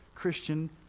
christian